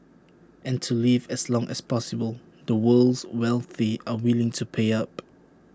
and to live as long as possible the world's wealthy are willing to pay up